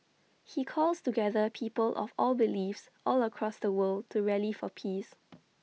he calls together people of all beliefs all across the world to rally for peace